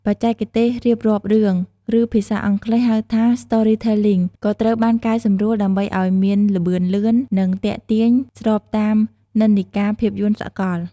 បច្ចេកទេសរៀបរាប់រឿង ឬភាសាអង់គ្លេសហៅថា storytelling ក៏ត្រូវបានកែសម្រួលដើម្បីឲ្យមានល្បឿនលឿន និងទាក់ទាញស្របតាមនិន្នាការភាពយន្តសកល។